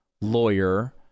lawyer